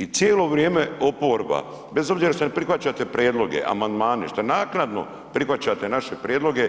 I cijelo vrijeme oporba, bez obzira što ne prihvaćate prijedloge, amandmane, što naknadno prihvaćate naše prijedloge,